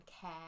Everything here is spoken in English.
care